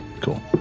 cool